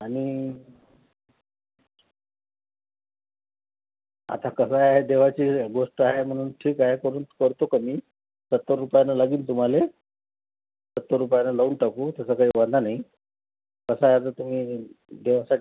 आणि आता कसं आहे देवाची गोष्ट आहे म्हणून ठीक आहे परंतु करतो कमी सत्तर रुपयानं लागेल तुम्हाला सत्तर रुपयाला लावून टाकू तसा काही वांधा नाही कसं आहे आता तुम्ही देवासाठी